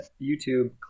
YouTube